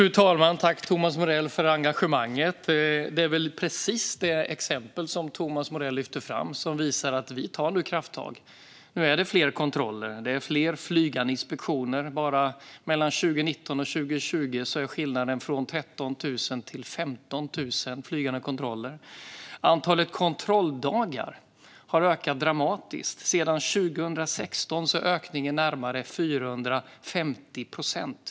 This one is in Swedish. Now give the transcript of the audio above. Fru talman! Tack, Thomas Morell, för engagemanget! Det är väl precis det exempel som Thomas Morell lyfter fram som visar att vi tar krafttag. Nu görs fler kontroller och fler flygande inspektioner; bara mellan 2019 och 2020 gick antalet flygande kontroller från 13 000 till 15 000. Antalet kontrolldagar har ökat dramatiskt - sedan 2016 är ökningen närmare 450 procent.